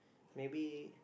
maybe